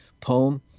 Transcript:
poem